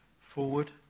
forward